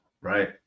Right